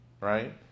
right